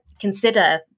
consider